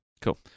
Cool